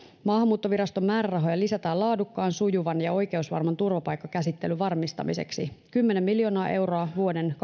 maahanmuuttoviraston määrärahoja lisätään laadukkaan sujuvan ja oikeusvarman turvapaikkakäsittelyn varmistamiseksi kymmenen miljoonaa euroa vuoden